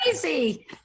crazy